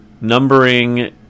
numbering